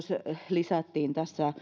lisättiin